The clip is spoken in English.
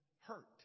hurt